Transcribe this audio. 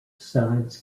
sides